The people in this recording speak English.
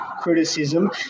criticism